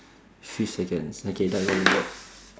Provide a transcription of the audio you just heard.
three seconds okay bye bye bye bye